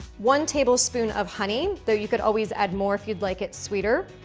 one tablespoon of honey, though you could always add more if you'd like it sweeter,